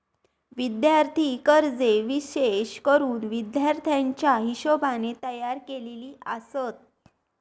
विद्यार्थी कर्जे विशेष करून विद्यार्थ्याच्या हिशोबाने तयार केलेली आसत